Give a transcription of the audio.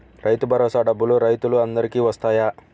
రైతు భరోసా డబ్బులు రైతులు అందరికి వస్తాయా?